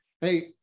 Hey